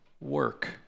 work